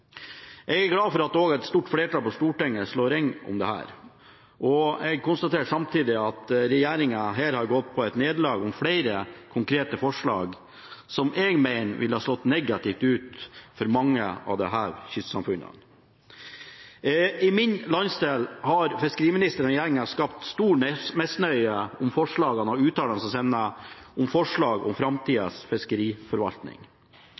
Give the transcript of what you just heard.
Jeg er glad for at et stort flertall på Stortinget slår ring om dette, og jeg konstaterer samtidig at regjeringen her har gått på et nederlag i forbindelse med flere konkrete forslag som jeg mener ville ha slått negativt ut for mange av disse kystsamfunnene. I min landsdel har fiskeriministeren og regjeringen skapt stor misnøye med uttalelser og forslag om framtidas fiskeriforvaltning. Heldigvis har Stortinget og komiteen samlet seg om en rekke forslag